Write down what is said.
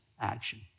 action